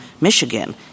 Michigan